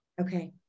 Okay